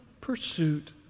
pursuit